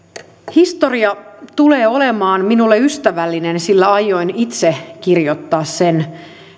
historia tulee olemaan minulle ystävällinen sillä aion itse kirjoittaa sen